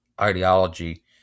ideology